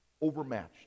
overmatched